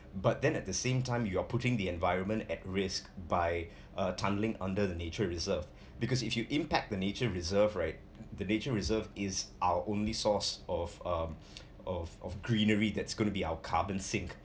but then at the same time you are putting the environment at risk by tangling under the nature reserve because if you impact the nature reserve right the nature reserve is our only source of um of of greenery that's gonna be our carbon sink